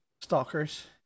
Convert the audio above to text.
stalkers